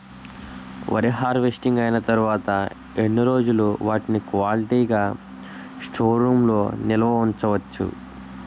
వరి హార్వెస్టింగ్ అయినా తరువత ఎన్ని రోజులు వాటిని క్వాలిటీ గ స్టోర్ రూమ్ లొ నిల్వ ఉంచ వచ్చు?